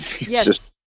Yes